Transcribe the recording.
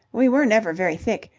we were never very thick.